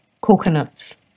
Coconuts